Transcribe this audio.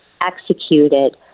executed